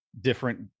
different